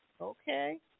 okay